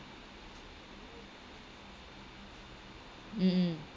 mm